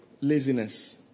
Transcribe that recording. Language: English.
laziness